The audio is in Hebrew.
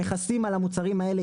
המכסים על המוצרים האלה,